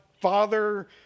father